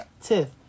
Tiff